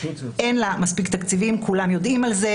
אין לה מספיק תקציבים, וכולם יודעים זאת.